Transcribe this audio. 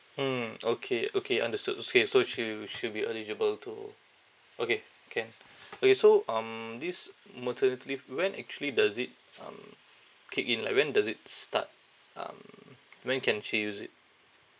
mm okay okay understood okay so she'll she'll be eligible to okay can okay so um this maternity leave when actually does it um kick in like when does it start um when can she use it